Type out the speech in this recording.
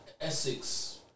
Essex